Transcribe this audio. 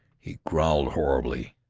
he growled horribly,